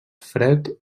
fred